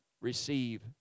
receive